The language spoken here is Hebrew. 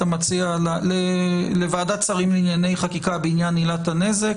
המציע לוועדת שרים לענייני חקיקה בעניין עילת הנזק,